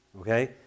Okay